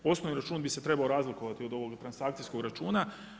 Osnovni račun bi se trebao razlikovati od ovoga transakcijskog računa.